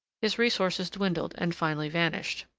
his resources dwindled and finally vanished.